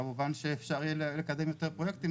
כמובן שאפשר יהיה לקדם יותר פרויקטים,